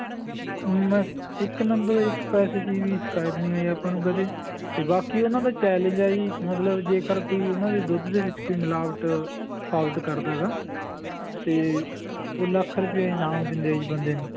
ਮੈਂ ਇੱਕ ਨੰਬਰ ਇੱਕ ਪੈਸੇ ਦੀ ਵੀ ਸ਼ਿਕਾਇਤ ਨਹੀਂ ਹੋਈ ਆਪਾਂ ਨੂੰ ਕਦੇ ਅਤੇ ਬਾਕੀ ਉਹਨਾਂ ਦਾ ਚੈਲੇਂਜ ਆ ਜੀ ਮਤਲਬ ਜੇਕਰ ਕੋਈ ਉਹਨਾਂ ਦੇ ਦੁੱਧ ਦੇ ਵਿੱਚ ਕੋਈ ਮਿਲਾਵਟ ਸਾਬਤ ਕਰਦਾ ਹੈਗਾ ਤਾਂ ਉਹ ਲੱਖ ਰੁਪਇਆ ਇਨਾਮ ਦਿੰਦੇ ਆ ਬੰਦੇ ਨੂੰ